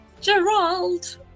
Gerald